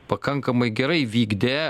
pakankamai gerai vykdė